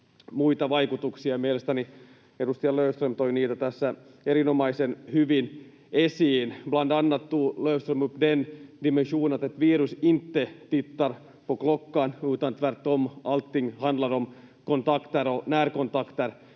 muita vaikutuksia. Mielestäni edustaja Löfström toi niitä tässä erinomaisen hyvin esiin. Bland annat tog Löfström upp den dimensionen att ett virus inte tittar på klockan, utan tvärtom, allting handlar om kontakter och närkontakter